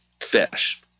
fish